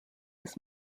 his